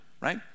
right